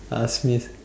ask me